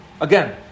Again